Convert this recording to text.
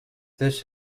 this